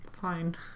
Fine